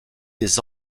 des